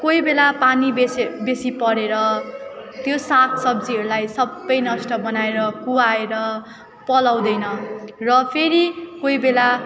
कोही बेला पानी बेसी बेसी परेर त्यो सागसब्जीहरूलाई सबै नष्ट बनाएर कुवाएर पलाउँदैन र फेरि कही बेला